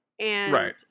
Right